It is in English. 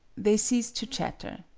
they ceased to chatter.